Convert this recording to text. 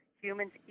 humans